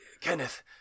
Kenneth